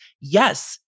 Yes